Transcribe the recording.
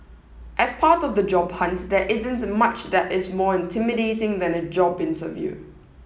as part of the job hunt there isn't much that is more intimidating than a job interview